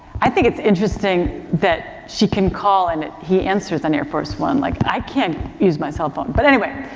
i think its interesting that she can call, and he answers on air force one, like, i can't use my cell phone. but anyway,